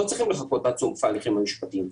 לא צריכים לחכות עד סיום ההליכים המשפטיים,